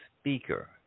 speaker